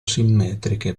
simmetriche